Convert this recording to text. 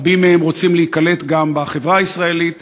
רבים מהם רוצים להיקלט גם בחברה הישראלית.